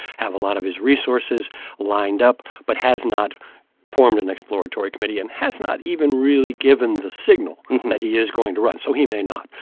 have a lot of his resources lined up but has not formed an exploratory committee and has not even really given the signal that he is going to run. so he may not.